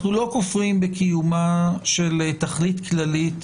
אנחנו לא כופרים בקיומה של תכלית כללית